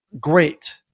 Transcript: Great